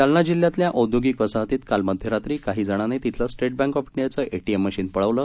जालना जिल्ह्यातल्या औद्योगिक वसाहतीत काल मध्यरात्री काही चोरांनी तिथलं स्टेट बँक ऑफ इंडियाचं एटीएम मशीन पळवलं